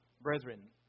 brethren